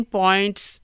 points